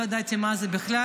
לא ידעתי מה זה בכלל.